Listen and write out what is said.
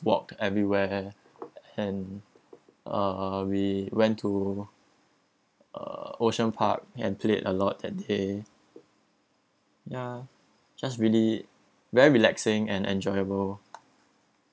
walk everywhere and uh we went to uh ocean park and played a lot that day ya just really very relaxing and enjoyable